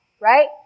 right